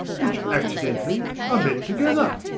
which accidentally are met together.